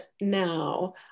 now